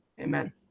Amen